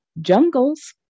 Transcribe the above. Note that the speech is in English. jungles